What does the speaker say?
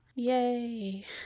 Yay